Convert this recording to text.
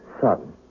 son